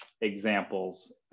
examples